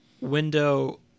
window